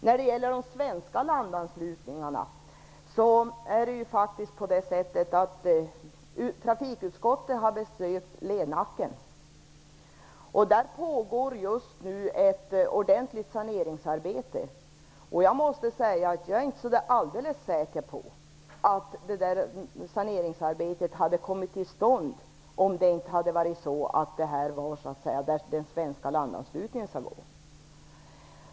När det gäller de svenska landanslutningarna har trafikutskottet besökt Lernacken, och där pågår just nu ett ordentligt saneringsarbete. Jag måste säga att jag inte är alldeles säker på att det saneringsarbetet hade kommit till stånd om det inte var där den svenska landanslutningen skall vara.